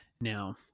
now